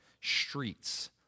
streets